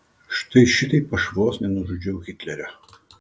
štai šitaip aš vos nenužudžiau hitlerio